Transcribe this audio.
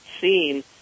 seen